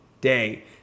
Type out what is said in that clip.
day